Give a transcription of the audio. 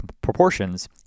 proportions